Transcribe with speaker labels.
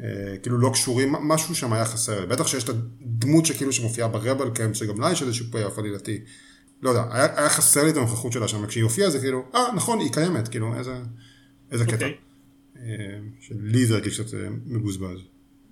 Speaker 1: אה, כאילו, לא קשורים, מ- משהו שם היה חסר לי. בטח שיש את הד- דמות שכאילו שמופיעה ב-rebel camp, שגם לה יש איזשהו payoff עלילתי. לא יודע, היה- היה חסר לי את הנוכחות שלה שם, וכשהיא הופיעה זה כאילו, "אה, נכון, היא קיימת", כאילו, איזה- איזה קטע.
Speaker 2: אוקיי.
Speaker 1: אה, שלי זה הרגיש קצת, אה, מבוזבז.